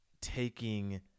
taking